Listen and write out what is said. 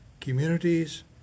communities